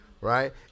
Right